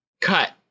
Cut